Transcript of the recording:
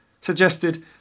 suggested